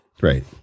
right